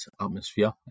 atmosphere